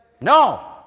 No